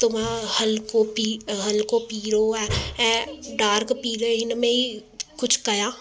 त मां हलिको पी हलिको पीरो ऐं डार्क पीरे हिन में ई कुझु कयां